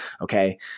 Okay